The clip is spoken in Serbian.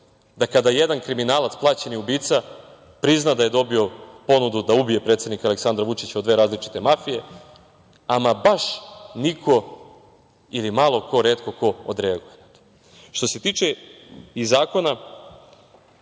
da kada jedan kriminalac, plaćeni ubica prizna da je dobio ponudu da ubije predsednika Aleksandra Vučića od dve različite mafije, ama baš niko ili malo ko, retko ko odreaguje. Što se tiče zakona